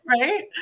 right